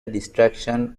distraction